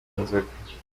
inzoga